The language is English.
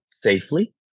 safely